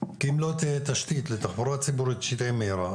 כי אם לא תהיה תשתית לתחבורה ציבורית שתהיה מהירה,